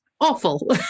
awful